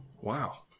Wow